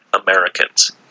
Americans